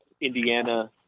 Indiana